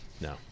No